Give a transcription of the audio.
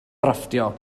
drafftio